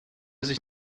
sich